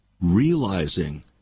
realizing